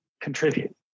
contribute